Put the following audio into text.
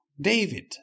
David